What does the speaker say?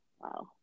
Wow